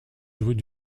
jouait